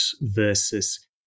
versus